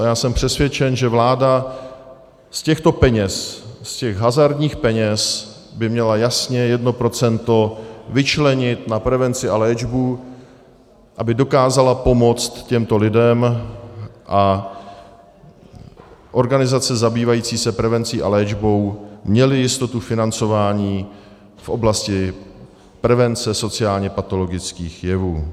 A já jsem přesvědčen, že vláda z těchto peněz, z těch hazardních peněz, by měla jasně jedno procento vyčlenit na prevenci a léčbu, aby dokázala pomoct těmto lidem a organizace zabývající se prevencí a léčbou měly jistotu financování v oblasti prevence sociálněpatologických jevů.